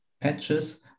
patches